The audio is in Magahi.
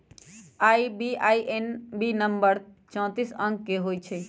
आई.बी.ए.एन नंबर चौतीस अंक के होइ छइ